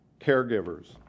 caregivers